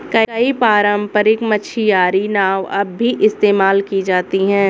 कई पारम्परिक मछियारी नाव अब भी इस्तेमाल की जाती है